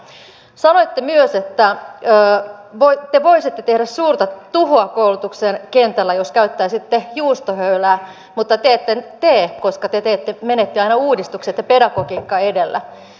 sanoitte myös että te voisitte tehdä suurta tuhoa koulutuksen kentällä jos käyttäisitte juustohöylää mutta te ette niin tee koska te menette aina uudistukset ja pedagogiikka edellä